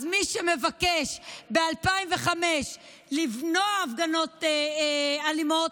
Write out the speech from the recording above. אז מי שביקש ב-2005 למנוע הפגנות אלימות,